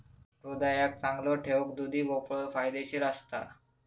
हृदयाक चांगलो ठेऊक दुधी भोपळो फायदेशीर असता